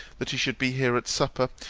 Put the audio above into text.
that he should be here at supper,